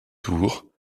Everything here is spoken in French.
tour